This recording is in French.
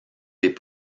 des